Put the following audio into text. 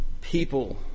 people